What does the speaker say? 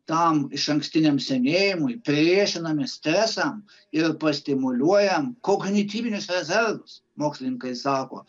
tam išankstiniam senėjimui priešinamės stresam ir pastimuliuojam kognityvinius rezervus mokslininkai sako